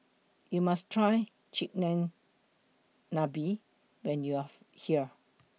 YOU must Try Chigenabe when YOU Are here